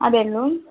അതേയുള്ളോ